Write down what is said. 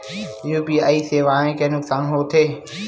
UPI सेवाएं के का नुकसान हो थे?